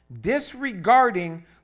disregarding